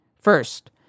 First